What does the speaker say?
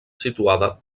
situada